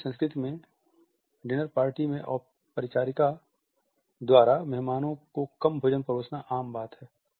चीनी संस्कृति में डिनर पार्टी में परिचारिका द्वारा मेहमानों को कम भोजन परोसना आम बात है